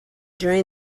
during